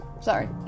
sorry